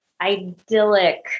idyllic